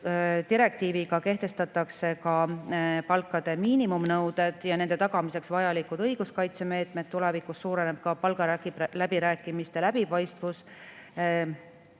direktiiviga kehtestatakse palga miinimumnõuded ja nende tagamiseks vajalikud õiguskaitsemeetmed. Tulevikus suureneb palgaläbirääkimiste läbipaistvus.